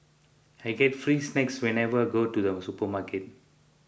I get free snacks whenever I go to the supermarket